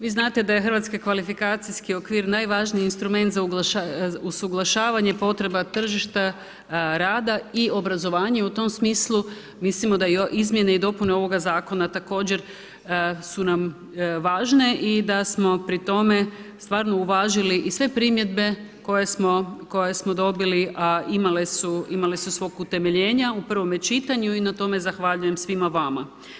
Vi znate da je Hrvatski kvalifikacijski okvir najvažniji instrument za usuglašavanje potreba tržišta rada i obrazovanja i u tom smislu, mislimo da izmjene i dopune ovoga zakona također su nam važne i da smo pri tome, stvarno uvažili i sve primjedbe koje smo dobili a imale su svog utemeljenja u prvome čitanju i na tome zahvaljujem svima vama.